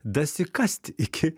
dasikast iki